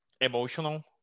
emotional